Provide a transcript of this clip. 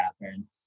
Catherine